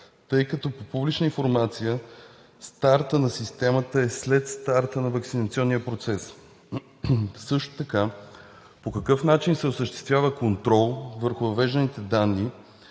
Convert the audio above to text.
тъй като по публична информация стартът на системата е след старта на ваксинационния процес? Също така по какъв начин се осъществява контрол върху въвежданите данни,